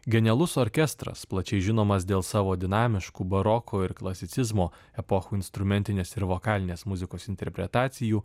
genialus orkestras plačiai žinomas dėl savo dinamiškų baroko ir klasicizmo epochų instrumentinės ir vokalinės muzikos interpretacijų